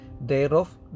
thereof